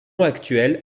actuel